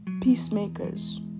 peacemakers